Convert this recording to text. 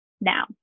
now